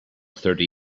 thirty